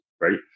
right